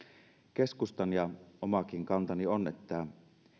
keskustan kanta ja omakin kantani on että